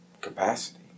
capacity